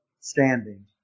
standing